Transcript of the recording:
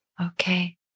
Okay